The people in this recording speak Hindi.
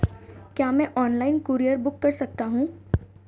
क्या मैं ऑनलाइन कूरियर बुक कर सकता हूँ?